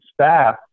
staff